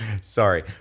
Sorry